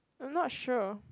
I'm not sure